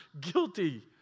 guilty